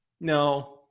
no